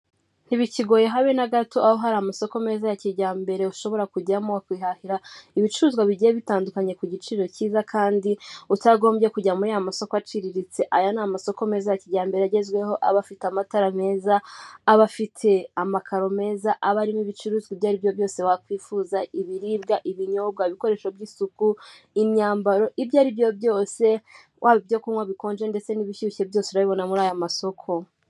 Ntibikigoye habe na gato aho hari amasoko meza ya kijyambere ushobora kujyamohahira ibicuruzwa bigiye bitandukanye ku giciro cyiza kandi utagombye kujya muri yaya masoko aciriritse aya ni amasoko meza ya kijyambere agezweho aba afite amatara meza abafite amakaro meza aba arimo ibicuruzwa ibyo aribyo byose wakwifuza ibiribwa ibinyobwa ibikoresho by'isuku imyambaro ibyo aribyo byose waba ibyo kunywa bikonje ndetse n'ibishyushye byose urabibona muri aya masoko.